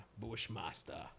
Bushmaster